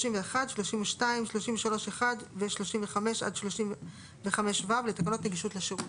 31, 32, 33(1) ו-35 עד 35ו לתקנות נגישות לשירות].